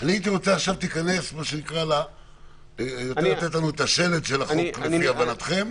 אני רוצה שתיכנס ותיתן לנו את השלד של החוק לפי הבנתכם.